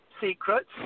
secrets